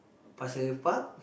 pasir-ris Park